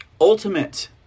ultimate